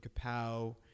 Kapow